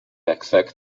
exact